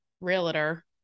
realtor